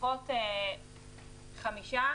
לפחות חמישה,